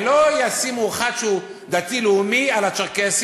הרי לא ישימו אחד שהוא דתי-לאומי על הצ'רקסים